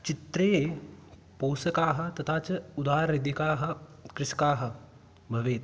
चित्रे पोषकाः तथा च उदारदिकाः कृषकाः भ भवेत्